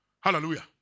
Hallelujah